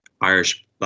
Irish